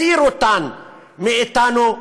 מסיר אותן מאתנו,